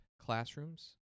classrooms